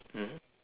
mmhmm